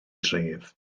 dref